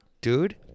dude